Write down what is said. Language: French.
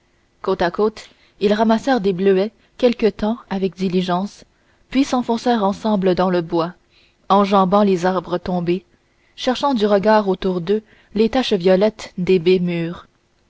côte à côte ils ramassèrent des bleuets quelque temps avec diligence puis s'enfoncèrent dans le bois enjambant les arbres tombés cherchant du regard autour d'eux les taches violettes des baies mûres